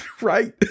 Right